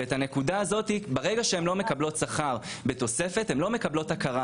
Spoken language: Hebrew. ברגע שהן לא מקבלות שכר בתוספת הן לא מקבלות הכרה